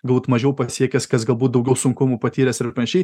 galbūt mažiau pasiekęs kas galbūt daugiau sunkumų patyręs ir panašiai